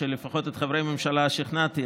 שלפחות את חברי הממשלה שכנעתי,